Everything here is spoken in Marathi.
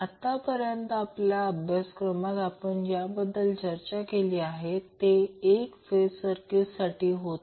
आतापर्यंत आपल्या अभ्यासक्रमात आपण ज्याबद्दल चर्चा केले ते एक फेज सर्किटसाठी होते